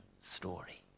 story